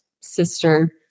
sister